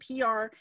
PR